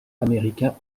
américain